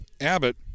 Abbott